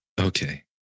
Okay